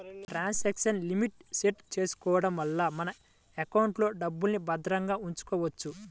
transaction limit set చేసుకోడం వల్ల మన ఎకౌంట్లో డబ్బుల్ని భద్రంగా ఉంచుకోవచ్చు